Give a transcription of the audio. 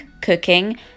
cooking